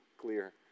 clear